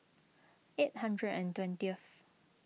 eight hundred and twentieth